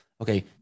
okay